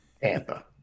Tampa